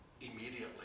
immediately